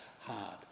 hard